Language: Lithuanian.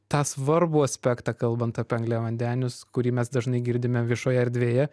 tą svarbų aspektą kalbant apie angliavandenius kurį mes dažnai girdime viešoje erdvėje